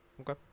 Okay